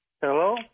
Hello